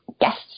guest